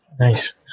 Nice